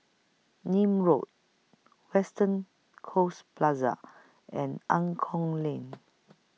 Nim Road Western Coast Plaza and Angklong Lane